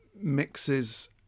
mixes